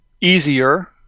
easier